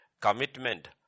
commitment